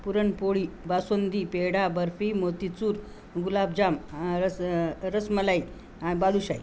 पुरण पोळी बासुंदी पेढा बर्फी मोतीचूर गुलाबजाम रस रसमलाई बालूशाही